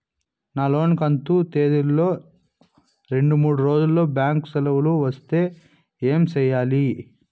నా లోను కంతు తేదీల లో రెండు మూడు రోజులు బ్యాంకు సెలవులు వస్తే ఏమి సెయ్యాలి?